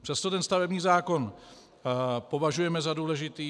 Přesto ten stavební zákon považujeme za důležitý.